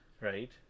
right